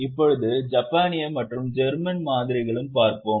இப்போது ஜப்பானிய மற்றும் ஜெர்மன் மாதிரிகளும் பார்ப்போம்